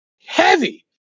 heavy